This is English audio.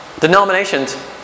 Denominations